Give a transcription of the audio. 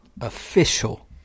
Official